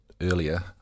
earlier